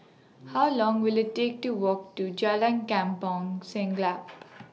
How Long Will IT Take to Walk to Jalan Kampong Siglap